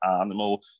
animal